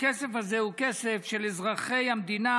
שהכסף הזה הוא כסף של אזרחי המדינה.